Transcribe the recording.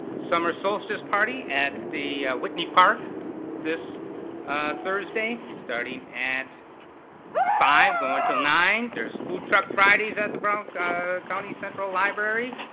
summer solstice party at the whitney park this thursday, starting at five, going til nine, there's food truck fridays at the brown county central library.